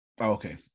okay